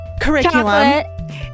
curriculum